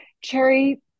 cherry